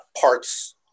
parts